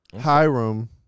Hiram